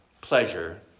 pleasure